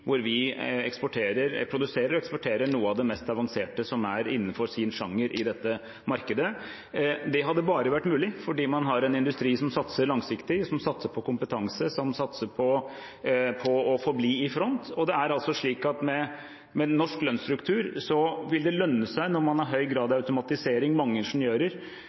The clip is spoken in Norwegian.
hvor vi produserer og eksporterer noe av det mest avanserte innenfor sin sjanger i dette markedet. Det har vært mulig bare fordi man har en industri som satser langsiktig, som satser på kompetanse, som satser på å forbli i front. Med norsk lønnsstruktur er det, når man har høy grad av automatisering og mange